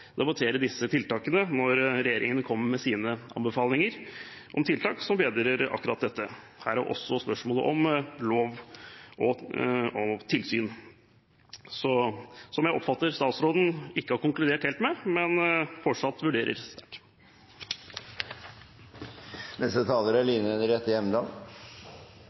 disse tiltakene når regjeringen kommer med sine anbefalinger for å bedre akkurat dette – herav også spørsmålet om lov og tilsyn, som jeg oppfatter at statsråden ikke har konkludert helt i, men fortsatt vurderer sterkt. Dette er